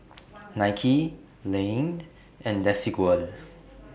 Nike Laneige and Desigual